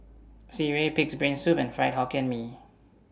Sireh Pig'S Brain Soup and Fried Hokkien Mee